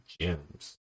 gems